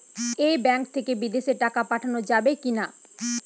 এই ব্যাঙ্ক থেকে বিদেশে টাকা পাঠানো যাবে কিনা?